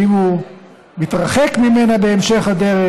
ואם הוא מתרחק ממנה בהמשך הדרך,